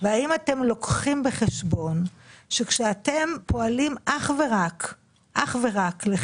האם אתם לוקחים בחשבון שכשאתם פועלים אך ורק לחיזוק